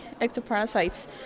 ectoparasites